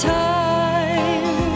time